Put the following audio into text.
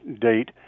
date